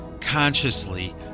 consciously